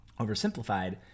Oversimplified